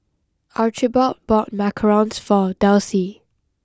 Archibald bought Macarons for Delcie